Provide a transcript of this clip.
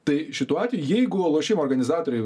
tai šituo atveju jeigu lošimų organizatoriai